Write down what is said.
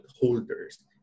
holders